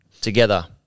together